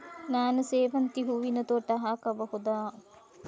ನಾನು ಸೇವಂತಿ ಹೂವಿನ ತೋಟ ಹಾಕಬಹುದಾ?